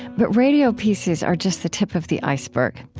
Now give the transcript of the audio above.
but radio pieces are just the tip of the iceberg.